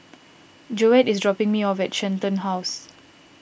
Joette is dropping me off at Shenton House